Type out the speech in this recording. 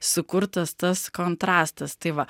sukurtas tas kontrastas tai va